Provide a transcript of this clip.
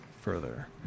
further